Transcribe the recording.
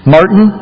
Martin